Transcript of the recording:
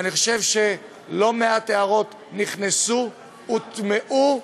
ואני חושב שלא מעט הערות נכנסו, הוטמעו.